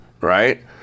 right